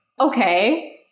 Okay